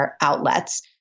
outlets